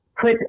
put